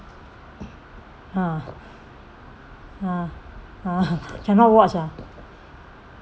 ha ha ha cannot watch ah